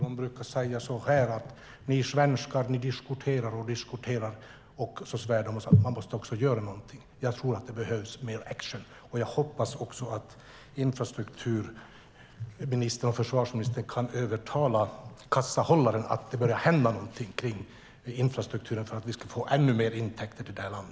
De brukar säga så här: Ni svenskar diskuterar och diskuterar. Så svär de och säger: Man måste också göra någonting. Jag tror att det behövs mer action. Jag hoppas att infrastruktur och försvarsministern kan övertala kassahållaren så att det börjar hända någonting med infrastrukturen så att vi kan få ännu mer intäkter till detta land.